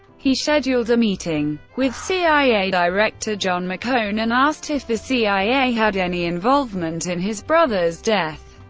he scheduled a meeting with cia director john mccone and asked if the cia had any involvement in his brother's death.